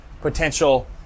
potential